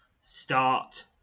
Start